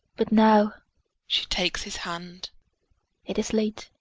but now she takes his hand it is late.